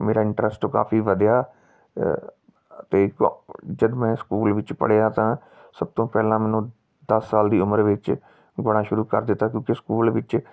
ਮੇਰਾ ਇੰਟਰਸਟ ਕਾਫੀ ਵਧਿਆ ਅਤੇ ਜਦ ਮੈਂ ਸਕੂਲ ਵਿੱਚ ਪੜ੍ਹਿਆ ਤਾਂ ਸਭ ਤੋਂ ਪਹਿਲਾਂ ਮੈਨੂੰ ਦਸ ਸਾਲ ਦੀ ਉਮਰ ਵਿੱਚ ਗਾਣਾ ਸ਼ੁਰੂ ਕਰ ਦਿੱਤਾ ਕਿਉਂਕਿ ਸਕੂਲ ਵਿੱਚ